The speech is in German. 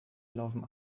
laufen